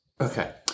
Okay